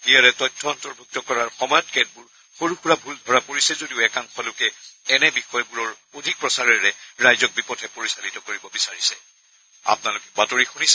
ইয়াৰে তথ্য অন্তৰ্ভূক্ত কৰাৰ সময়ত কেতবোৰ সৰু সূৰা ভূল ধৰা পৰিছে যদিও একাংশ লোকে এনে বিষয়বোৰৰ অধিক প্ৰচাৰেৰে ৰাইজক বিপথে পৰিচালিত কৰিব বিচাৰিছে